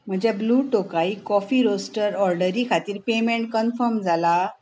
म्हज्या Blue Tokai coffee roaster ऑर्डरी खातीर पेमेंट कन्फर्म जाला